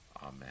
Amen